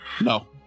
No